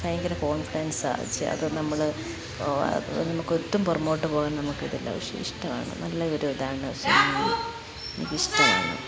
ഭയങ്കര കോൺഫിഡൻസാണ് അത് അത് നമ്മൾ ഓഹ് അത് നമുക്ക് ഒട്ടും പുറകോട്ട് പോവാൻ നമുക്കിതില്ല പക്ഷേ ഇഷ്ടമാണ് നല്ല ഒരു ഇതാണ് എനിക്ക് ഇഷ്ടം ആണ്